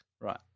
Right